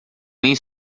nem